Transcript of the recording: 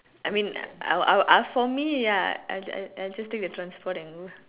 I mean I'll I'll I'll for me ya I I I'll just take the transport and go